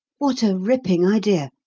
what a ripping idea!